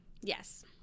Yes